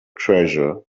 treasure